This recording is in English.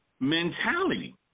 mentality